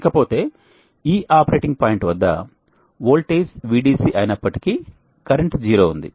ఇకపోతే ఈ operating point వద్ద వోల్టేజ్ Vdc అయినప్పటికీ కరెంట్ 0 గా ఉంది